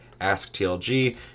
AskTLG